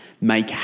Make